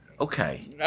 Okay